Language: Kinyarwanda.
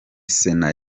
sena